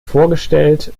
vorgestellt